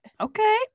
Okay